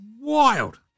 wild